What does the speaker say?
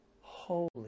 holy